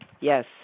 Yes